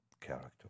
Character